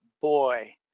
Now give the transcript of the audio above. boy